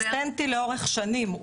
קונסיסטנטי לאורך שנים,